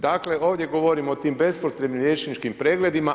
Dakle, ovdje govorimo o tim bespotrebnim liječničkim pregledima.